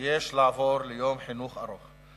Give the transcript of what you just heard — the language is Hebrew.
אני מציע לעבור ליום חינוך ארוך,